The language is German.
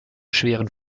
schweren